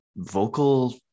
vocal